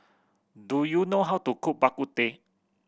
do you know how to cook Bak Kut Teh